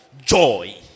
Joy